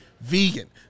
vegan